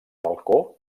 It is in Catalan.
balcó